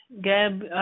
Gab